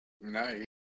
nice